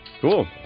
cool